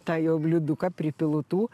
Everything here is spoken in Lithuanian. tą jo bliuduką pripilu tų